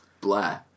blah